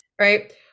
right